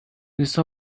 these